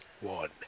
One